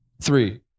Three